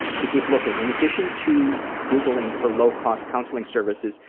to keep looking. in addition to googling for low cost counseling services,